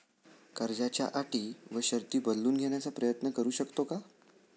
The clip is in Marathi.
कर्जाच्या अटी व शर्ती बदलून घेण्याचा प्रयत्न करू शकतो का?